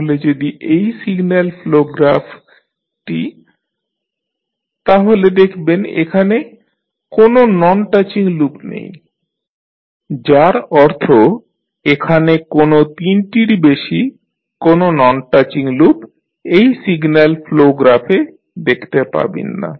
তাহলে যদি এই সিগন্যাল ফ্লো গ্রাফটি দেখেন তাহলে দেখবেন এখানে কোন নন টাচিং লুপ নেই যার অর্থ এখানে তিনটির বেশি কোন নন টাচিং লুপ এই সিগন্যাল ফ্লো গ্রাফে দেখতে পাবেন না